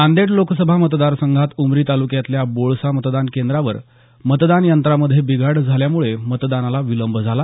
नांदेड लोकसभा मतदार संघात उमरी तालुक्यातल्या बोळसा मतदान केंद्रावर मतदान यंत्रामध्ये बिघाड झाल्यामुळे मतदानाला विलंब झाला